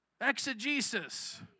Exegesis